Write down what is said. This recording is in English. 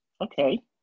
Okay